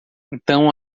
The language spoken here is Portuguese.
então